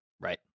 right